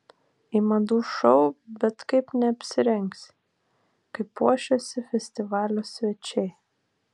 į madų šou bet kaip neapsirengsi kaip puošėsi festivalio svečiai